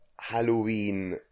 Halloween